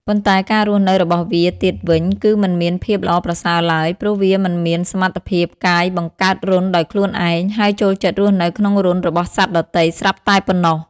ប៉ុន្តែការរស់នៅរបស់វាទៀតវិញ គឺមិនមានភាពល្អប្រសើរឡើយ ព្រោះវាមិនមានសមត្ថភាពកាយបង្កើតរន្ធដោយខ្លួនឯង ហើយចូលចិត្តរស់នៅក្នុងរន្ធរបស់សត្វដទៃស្រាប់តែប៉ុណ្ណោះ។